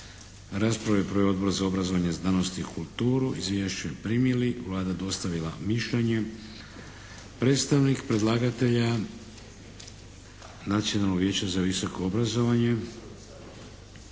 Raspravu je proveo Odbor za obrazovanje, znanost i kulturu. Izvješće primili. Vlada dostavila mišljenje. Predstavnik predlagatelja Nacionalnog vijeća za visoko obrazovanje,